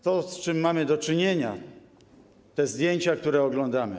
To, z czym mamy do czynienia, zdjęcia, które oglądamy.